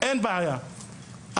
ואין בעיה עם זה,